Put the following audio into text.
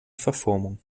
verformung